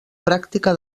pràctica